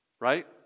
right